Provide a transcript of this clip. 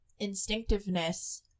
instinctiveness